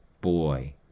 Boy